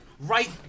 right